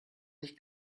nicht